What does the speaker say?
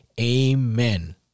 Amen